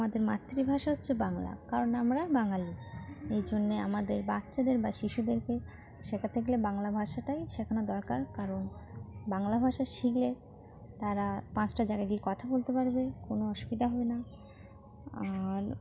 আমাদের মাতৃভাষা হচ্ছে বাংলা কারণ আমরা বাঙালি এই জন্যে আমাদের বাচ্চাদের বা শিশুদেরকে শেখাতে গেলে বাংলা ভাষাটাই শেখানো দরকার কারণ বাংলা ভাষা শিখলে তারা পাঁচটা জায়গায় গিয়ে কথা বলতে পারবে কোনো অসুবিধা হবে না আর